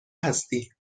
هستی